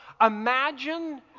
imagine